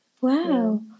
Wow